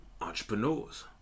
Entrepreneurs